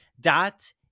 dot